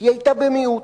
היא היתה במיעוט,